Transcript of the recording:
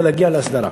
ולהגיע להסדרה.